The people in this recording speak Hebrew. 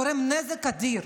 גורם נזק אדיר,